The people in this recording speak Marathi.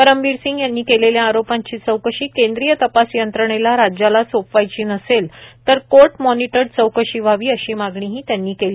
परमबीर सिंग यांनी केलेल्या आरोपाची चौकशी केंद्रीय तपास यंत्रणेला राज्याला सोपवायची नसेल तर कोर्ट मॉनिटर्ड चौकशी व्हावी अशी मागणी ही त्यांनी केली